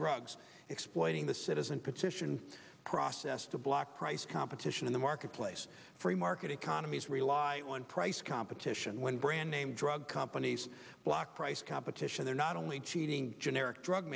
drugs exploiting the citizen petition process to block price competition in the marketplace free market economies rely on price competition when brand name drug companies block price competition they're not only cheating generic drug